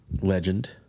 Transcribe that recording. Legend